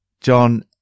John